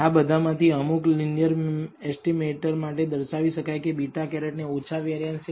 આ બધામાંથી અમુક લિનિયર એસ્ટીમેટર માટે દર્શાવી શકાય કે β̂ ને ઓછા વેરીયાંસ છે